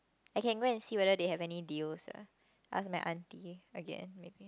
I can go and see whether they have any deals ah ask my aunty again maybe